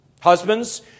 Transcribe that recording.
Husbands